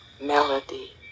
melody